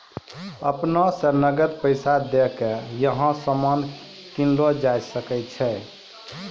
अपना स नकद पैसा दै क यहां सामान कीनलो जा सकय छै